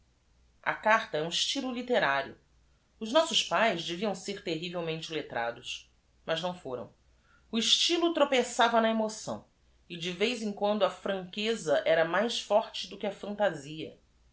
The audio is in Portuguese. i o s nossos paes deviam ser terrivel mente lettrados as não foram estylo tropeçava na emoção e de vez em quando a franqueza era mais forte do que a fantasia